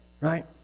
Right